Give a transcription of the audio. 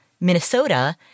Minnesota